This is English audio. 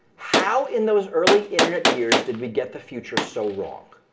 how in those early internet years did we get the future so wrong?